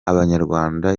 abanyarwanda